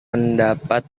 mendapat